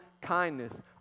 kindness